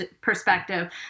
perspective